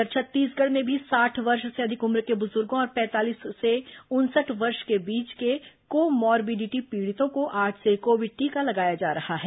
इधर छत्तीसगढ़ में भी साठ वर्ष से अधिक उम्र के बुजुर्गों और पैंतालीस से उनसठ वर्ष के बीच के को मोरबीडिटी पीड़ितों को आज से कोविड टीका लगाया जा रहा है